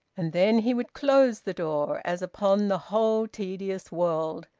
and then he would close the door, as upon the whole tedious world,